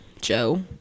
Joe